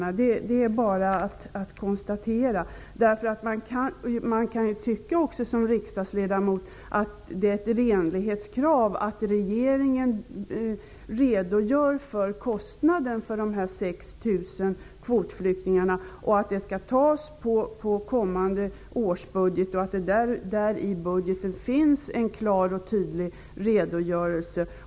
Det är bara att konstatera. Som riksdagsledamot kan man tycka att det är ett renlighetskrav att regeringen redogör för kostnaden för dessa 6 000 kvotflyktingar och för att den skall tas på kommande års budget och att det i budgeten finns klara och tydliga redogörelser.